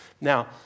Now